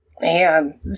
Man